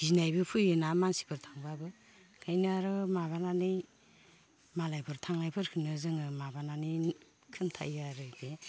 गिनायबो फैयोना मानसिफोर थांब्लाबो ओंखायनो आर' माबानानै मालायफोर थांनायफोरखो जोङो माबानानै खोन्थायो आरो इखो